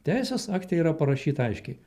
teisės akte yra parašyta aiškiai